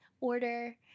order